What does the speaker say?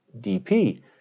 DP